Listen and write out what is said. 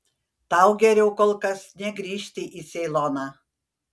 tau geriau kol kas negrįžti į ceiloną